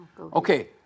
Okay